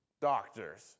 doctors